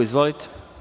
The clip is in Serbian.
Izvolite.